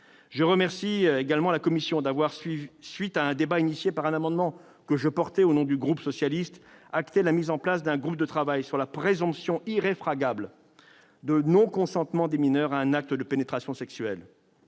Je remercie également la commission d'avoir, grâce à un débat lancé par le dépôt d'un amendement que j'ai défendu au nom du groupe socialiste et républicain, acté la mise en place d'un groupe de travail sur la présomption irréfragable de non-consentement des mineurs à un acte de pénétration sexuelle.